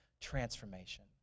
transformation